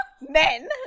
men